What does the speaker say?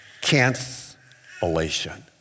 cancellation